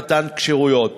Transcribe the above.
במתן כשרויות.